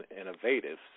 innovative